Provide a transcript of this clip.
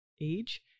age